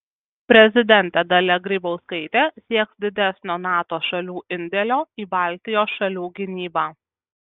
prezidentė dalia grybauskaitė sieks didesnio nato šalių indėlio į baltijos šalių gynybą